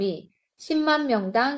10만명당